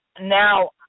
now